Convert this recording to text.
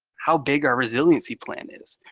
how big our resiliency plan is,